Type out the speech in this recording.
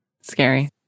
Scary